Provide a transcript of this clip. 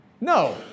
no